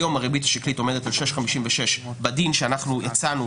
הריבית השקלית על 6.56% ובדין שאנחנו הצענו